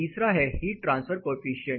तीसरा है heat transfer coefficient